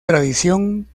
tradición